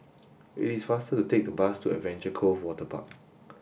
it is faster to take the bus to Adventure Cove Waterpark